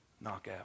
knockout